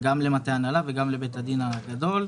גם למטה ההנהלה וגם לבית הדין הגדול.